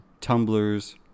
tumblers